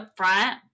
upfront